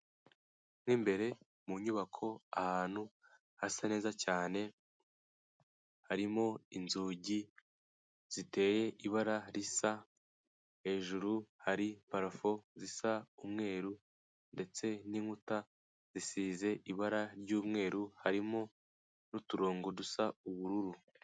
Mo imbere mu nyubako ahantu hasa neza cyane, harimo inzugi ziteye ibara risa, hejuru hari parafo zisa umweru ndetse n'inkuta zisize ibara ry'umweru harimo n'uturongo dusa ubururu.